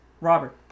Robert